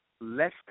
less